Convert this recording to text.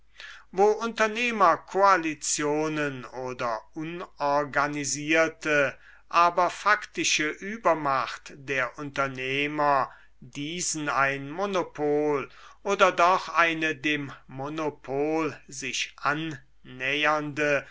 wo unternehmerkoalitionen oder unorganisierte aber faktische übermacht der unternehmer diesen ein monopol oder doch eine dem monopol sich annähernde